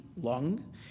lung